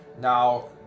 Now